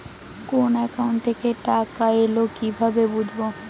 কোন একাউন্ট থেকে টাকা এল কিভাবে বুঝব?